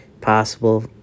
possible